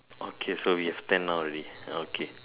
okay so we have ten now already okay